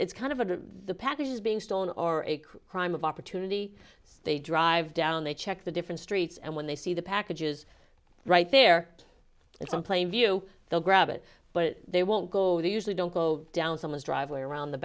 it's kind of under the packages being stolen or a crime of opportunity so they drive down they check the different streets and when they see the packages right there and some plain view they'll grab it but they won't go they usually don't go down someone's driveway around the